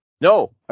No